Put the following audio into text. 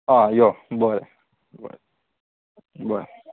आं यो बरें बरें बरें